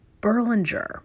Burlinger